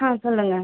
ஆ சொல்லுங்கள்